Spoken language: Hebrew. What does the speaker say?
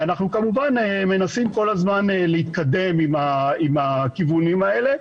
ואנחנו כמובן מנסים כל הזמן להתקדם עם הכיוונים האלה,